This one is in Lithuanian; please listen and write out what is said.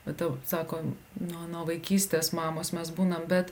va tau sako nuo nuo vaikystės mamos mes būnam bet